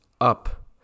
up